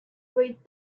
read